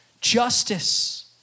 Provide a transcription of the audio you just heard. justice